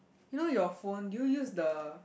you know your phone do you use the